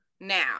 now